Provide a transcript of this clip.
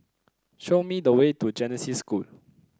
show me the way to Genesis School